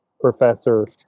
professor